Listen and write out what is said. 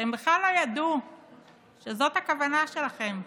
הם בכלל לא ידעו שזאת הכוונה שלכם.